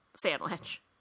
sandwich